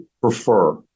prefer